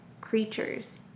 creatures